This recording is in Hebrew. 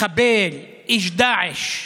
מחבל, איש דאעש.